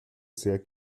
sehr